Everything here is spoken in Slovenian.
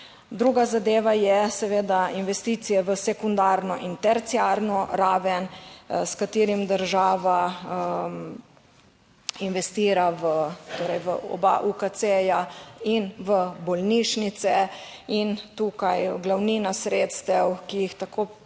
Druga zadeva je seveda investicije v sekundarno in terciarno raven, s katerim država investira torej v oba UKC in v bolnišnice, in tukaj glavnina sredstev, ki jih tako